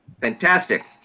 Fantastic